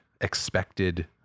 expected